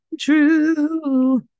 true